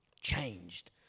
changed